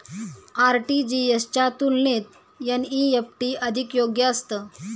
RTGS च्या तुलनेत NEFT अधिक योग्य असतं